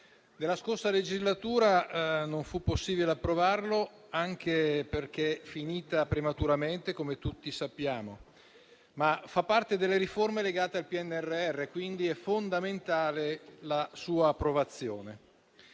Nella scorsa legislatura non fu possibile approvarlo, anche perché è finita prematuramente, come tutti sappiamo. Esso fa parte delle riforme legate al PNRR e quindi è fondamentale la sua approvazione.